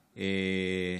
היושב-ראש,